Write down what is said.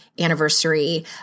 Anniversary